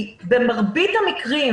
במרבית המקרים,